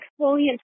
exfoliant